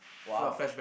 !wow!